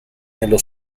nello